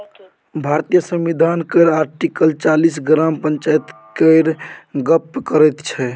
भारतीय संविधान केर आर्टिकल चालीस ग्राम पंचायत केर गप्प करैत छै